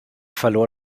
verlor